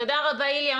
תודה רבה, איליה.